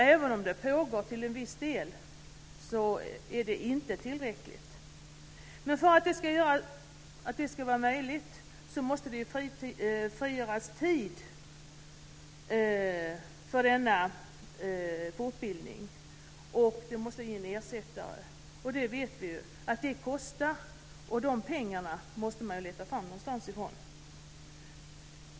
Även om det till viss del pågår är det inte tillräckligt. Men för att det ska vara möjligt måste det frigöras tid för denna fortbildning, och ersättare måste tas in. Och vi vet att det kostar, och dessa pengar måste letas fram någonstans ifrån.